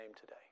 today